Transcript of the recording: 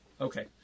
Okay